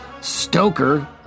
Stoker